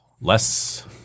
less